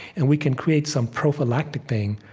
and we can create some prophylactic thing,